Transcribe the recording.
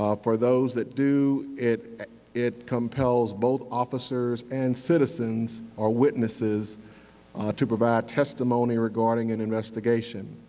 ah for those that do, it it compels both officers and citizens are witnesses to provide testimony regarding an investigation.